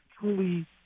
truly